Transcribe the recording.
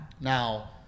Now